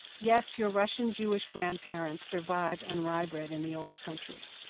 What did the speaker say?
yes your russian jewish grandparents survived on rye bread in the old country.